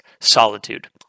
solitude